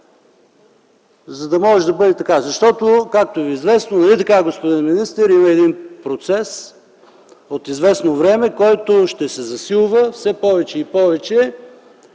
за да може да бъде така. Защото, както ви е известно - нали така, господин министър, има един процес от известно време, който ще се засилва все повече и повече,